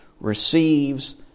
receives